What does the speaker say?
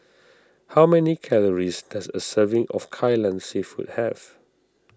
how many calories does a serving of Kai Lan Seafood have